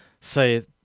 say